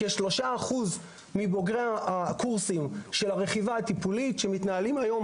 כ-3% מבוגרי הקורסים של הרכיבה הטיפולית שמתנהלים היום,